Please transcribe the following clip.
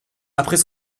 après